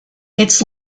its